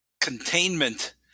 Containment